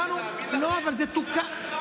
אבל תוקן.